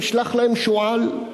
נשלח להם שועל.